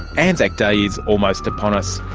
and anzac day is almost upon us,